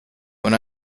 when